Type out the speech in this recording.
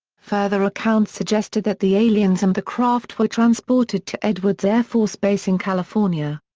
further accounts suggested that the aliens and the craft were transported to edwards air force base in california.